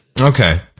Okay